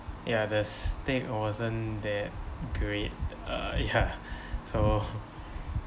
ya the steak wasn't that great uh ya so